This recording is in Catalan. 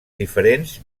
diferents